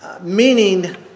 meaning